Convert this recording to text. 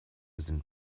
sind